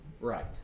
right